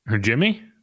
Jimmy